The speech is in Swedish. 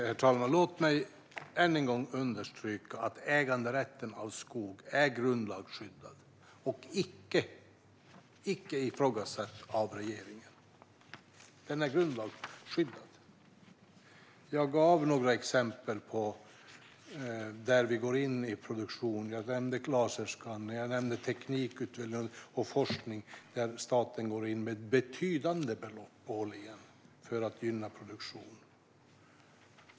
Herr talman! Låt mig än en gång understryka att äganderätten när det gäller skog är grundlagsskyddad och icke ifrågasatt av regeringen. Den är grundlagsskyddad. Jag gav några exempel på där vi går in i fråga om produktion. Jag nämnde laserskanning. Jag nämnde teknikutveckling och forskning, där staten går in med ett betydande belopp för att gynna produktion.